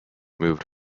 moved